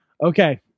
Okay